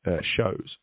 shows